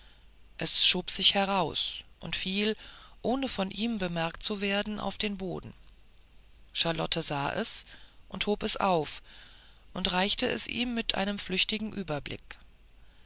es schob sich heraus und fiel ohne von ihm bemerkt zu werden auf den boden charlotte sah es und hob es auf und reichte es ihm mit einem flüchtigen überblick